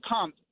pump